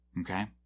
Okay